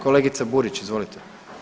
Kolegice Burić, izvolite.